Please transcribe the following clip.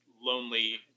lonely